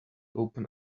open